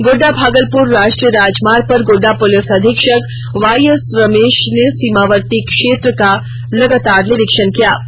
गोड्डा भागलपुर राष्ट्रीय राजमार्ग पर गोड्डा पुलिस अधीक्षक वाईएस रमेश ने सीमावर्ती क्षेत्र का लगातार निरीक्षण कर रहे हैं